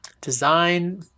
design